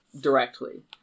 directly